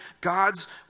God's